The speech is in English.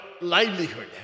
livelihood